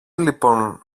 λοιπόν